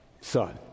son